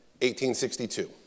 1862